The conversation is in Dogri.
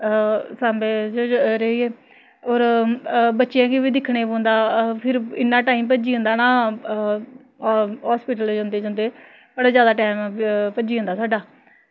सांबे रेहियै होर बच्चेआं गी बी दिक्खनां पौंदा फिर इ'न्ना टाइम भ'ज्जी जंदा ना हॉस्पिटल जंदे जंदे बड़ा जादा टाइम भ'ज्जी जंदा साढ़ा